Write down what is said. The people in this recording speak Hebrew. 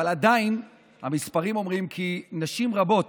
אבל עדיין המספרים אומרים כי נשים רבות